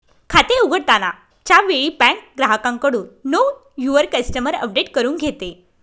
खाते उघडताना च्या वेळी बँक ग्राहकाकडून नो युवर कस्टमर अपडेट करून घेते